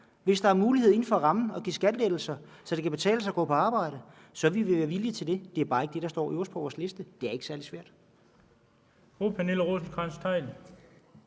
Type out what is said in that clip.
Hvis der er mulighed inden for rammen for at give skattelettelser, så det kan betale sig at gå på arbejde, så vil vi være villige til det. Det er bare ikke det, der står øverst på vores liste. Det er ikke særlig svært.